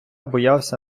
боявся